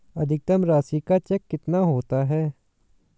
अधिकतम राशि का चेक कितना होता है?